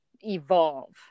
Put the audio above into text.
evolve